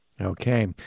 Okay